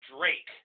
Drake